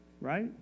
Right